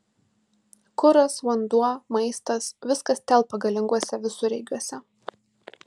kuras vanduo maistas viskas telpa galinguose visureigiuose